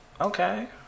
Okay